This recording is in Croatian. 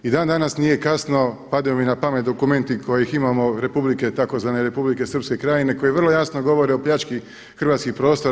I dan danas nije kasno padaju mi na pamet dokumenti kojih imamo tzv. Republike Srpske Krajine koji vrlo jasno govore o pljački hrvatskih prostora.